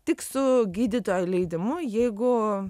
tik su gydytojo leidimu jeigu